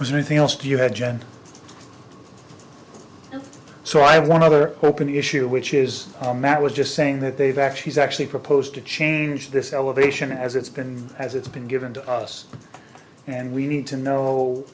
was anything else you had jen so i want other open issue which is i'm that was just saying that they've actually actually proposed to change this elevation as it's been as it's been given to us and we need to know